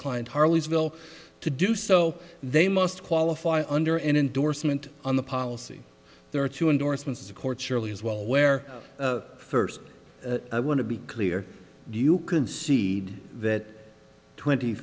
client harleysville to do so they must qualify under endorsement on the policy there are two endorsements to court surely as well where first i want to be clear do you concede that twenty